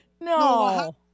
no